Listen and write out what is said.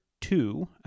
two